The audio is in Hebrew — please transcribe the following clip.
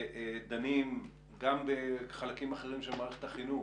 ודנים גם בחלקים אחרים של מערכת החינוך